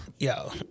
Yo